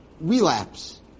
relapse